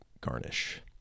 garnish